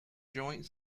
joint